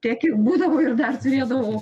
tiek ir būdavo ir dar turėdavau